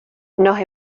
nos